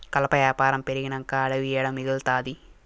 కలప యాపారం పెరిగినంక అడివి ఏడ మిగల్తాది